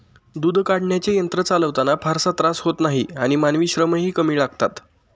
दूध काढण्याचे यंत्र चालवताना फारसा त्रास होत नाही आणि मानवी श्रमही कमी लागतात